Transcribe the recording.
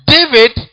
David